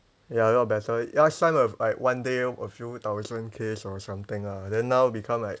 ya a lot better last time like one day a few thousand case or something ah then now become like